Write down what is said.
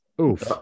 Oof